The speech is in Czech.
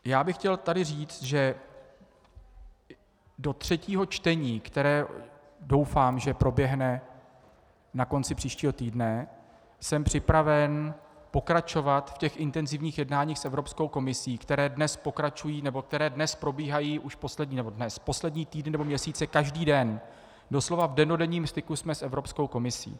Já bych chtěl tady říct, že do třetího čtení, které doufám, že proběhne na konci příštího týdne, jsem připraven pokračovat v těch intenzivních jednáních s Evropskou komisí, která dnes pokračují nebo která dnes probíhají nebo dnes, poslední týdny nebo měsíce každý den, doslova v dennodenním styku jsme s Evropskou komisí.